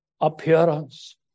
appearance